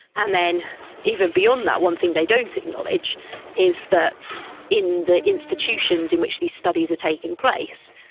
and then even beyond that, one thing they don't acknowledge is that in the institutions in which the studies are taking place,